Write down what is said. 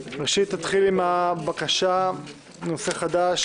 ראשית, נתחיל עם הבקשה לנושא חדש